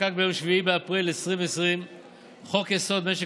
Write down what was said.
נחקק ביום 7 באפריל 2020 חוק-יסוד: משק